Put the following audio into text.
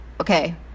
okay